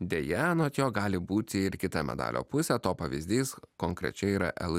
deja anot jo gali būti ir kita medalio pusė to pavyzdys konkrečiai yra el